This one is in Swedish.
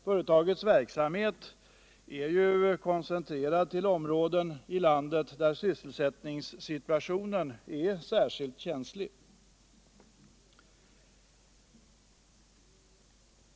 Företagets verksamhet är koncentrerad till områden i landet där sysselsättningssituationen är särskilt känslig.